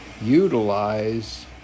utilize